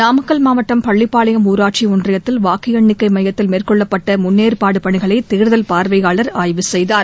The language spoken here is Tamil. நாமக்கல் மாவட்டம் பள்ளிப்பாளையம் ஊராட்சி ஒன்றியத்தில் வாக்கு எண்ணிக்கை மையத்தில் மேற்கொள்ளப்பட்ட முன்னேற்பாடு பணிகளை தேர்தல் பார்வையாளர் ஆய்வு செய்தார்